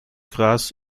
gras